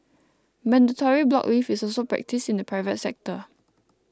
mandatory block leave is also practised in the private sector